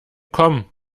komm